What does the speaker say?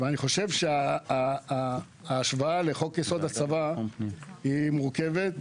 אני חושב שההשוואה לחוק-יסוד: הצבא היא מורכבת,